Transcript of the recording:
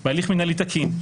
בהליך מנהלי תקין,